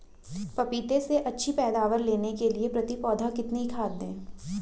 पपीते से अच्छी पैदावार लेने के लिए प्रति पौधा कितनी खाद दें?